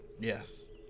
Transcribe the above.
Yes